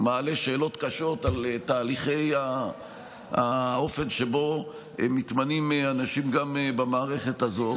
מעלה שאלות קשות על התהליכים והאופן שבו מתמנים אנשים גם במערכת הזאת.